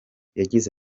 yagize